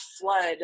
flood